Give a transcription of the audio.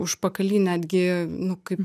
užpakalį netgi nu kaip